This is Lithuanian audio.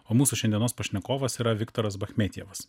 o mūsų šiandienos pašnekovas yra viktoras bachmetjevas